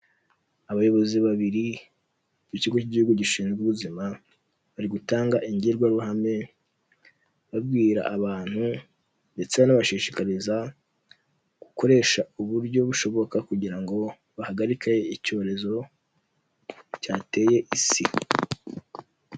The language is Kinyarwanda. Abayobozi babiri b'ikigo cy'igihugu gishinzwe ubuzima bari gutanga ingirwaruhame babwira abantu, ndetse banabashishikariza gukoresha uburyo bushoboka kugira ngo bahagarike icyorezo cyateye isi.